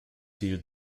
viewed